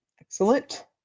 excellent